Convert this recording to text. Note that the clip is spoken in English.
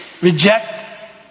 Reject